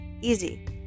easy